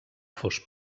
fos